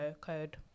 Code